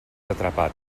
atrapat